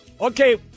Okay